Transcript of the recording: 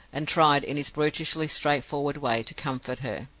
and tried, in his brutishly straightforward way, to comfort her.